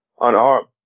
unarmed